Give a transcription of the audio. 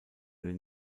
den